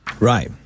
Right